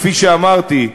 כפי שאמרתי,